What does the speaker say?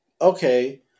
okay